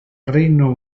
reino